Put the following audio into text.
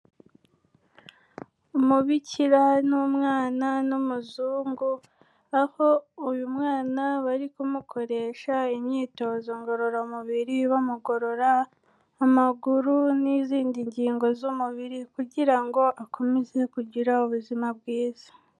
Umubikira n'umwana n'umuzungu aho uyu mwana bari kumukoresha imyitozo ngororamubiri, bamugorora amaguru n'izindi ngingo z'umubiri kugira ngo akomeze kugira ubuzima bwiza.